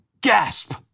Gasp